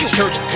church